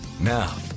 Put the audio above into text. Now